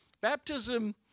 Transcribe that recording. Baptism